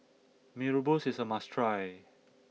Mee Rebus is a must try